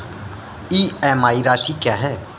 EMI राशि क्या है?